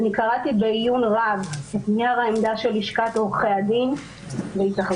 אני קראתי בעיון רב את נייר העמדה של לשכת עורכי הדין והתאכזבתי.